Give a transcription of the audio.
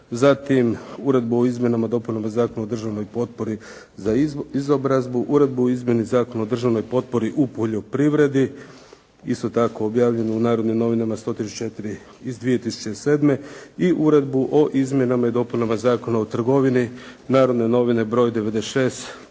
Zatim uredbu o izmjenama i dopunama Zakona o državnoj potpori za izobrazbu, uredbu o izmjeni Zakona o državnoj potpori u poljoprivredi, isto tako objavljeno u "Narodnim novinama" 1134 iz 2007. i uredbu o izmjenama i dopunama Zakona o trgovini, "Narodne novine" br.